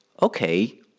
Okay